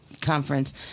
conference